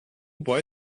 boy